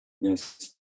Yes